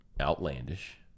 outlandish